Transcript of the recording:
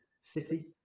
city